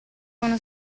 uno